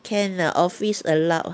can ah office allow ah